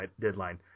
deadline